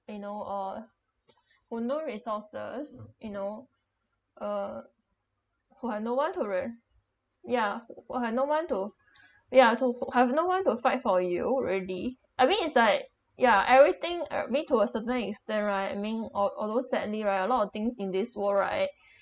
you know uh who no resources you know uh who have no one to re~ ya who have no one to f~ ya to f~ have no one to fight for you already I mean it's like ya everything I mean to a certain extend right I mean al~ although sadly right a lot of things in this world right